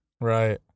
Right